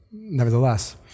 nevertheless